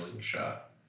shot